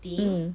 mm